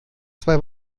zwei